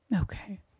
Okay